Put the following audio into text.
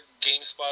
GameSpot